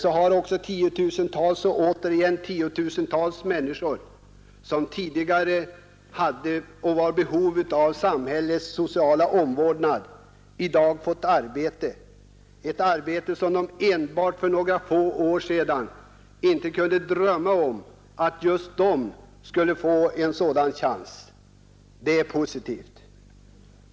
Så har också tiotusentals och åter tiotusentals människor, som tidigare varit beroende av samhällets sociala omvårdnad i dag fått arbete, ett arbete som de enbart för några år sedan inte kunde drömma att just de skulle ha en chans till. Det är positivt.